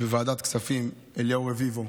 בוועדת הכספים אליהו רביבו,